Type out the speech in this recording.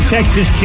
Texas